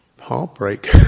heartbreak